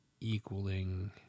equaling